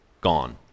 Gone